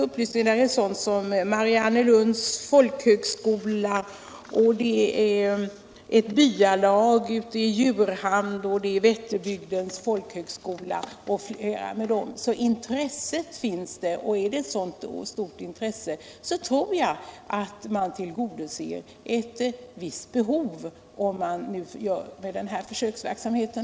Upplysningsvis kan jag nämna att där återfinns Mariannelunds folkhögskola, ett byalag i Djurhamn och Södra Vätterbygdens folkhögskola och flera med dem. Intresset finns där alltså, och om det är så stort tror jag att man tillgodoser ett visst behov med den här försöksverksamheten.